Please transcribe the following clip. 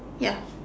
ya